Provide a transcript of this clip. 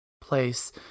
place